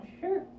Sure